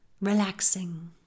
relaxing